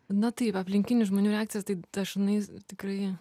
na taip aplinkinių žmonių reakcijas tai dažnai tikrai